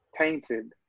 tainted